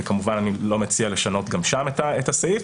וכמובן שאני לא מציע לשנות גם שם את הסעיף.